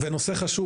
יש עוד נושא חשוב.